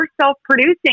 self-producing